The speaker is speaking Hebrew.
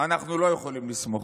אנחנו לא יכולים לסמוך.